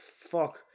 fuck